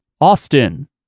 Austin